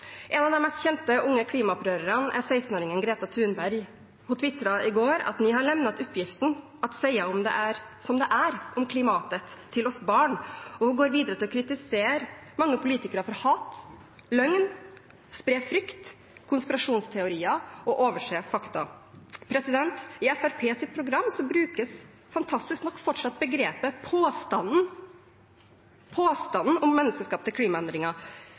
En av de mest kjente unge klimaopprørerne er 16-åringen Greta Thunberg. Hun tvitret i går: «Ni har lämnat uppgiften att säga som det är om klimatet till oss barn.» Hun kritiserer videre mange politikere for hat, løgn, å spre frykt, konspirasjonsteorier og å overse fakta. I Fremskrittspartiets program brukes fantastisk nok fortsatt begrepet «påstanden» – påstanden om menneskeskapte klimaendringer. Det er altså fortsatt uklart om Fremskrittspartiet legger menneskeskapte klimagassutslipp til